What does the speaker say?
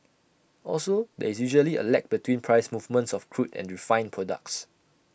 also there is usually A lag between price movements of crude and refined products